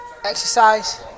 exercise